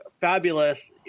Fabulous